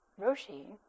Roshi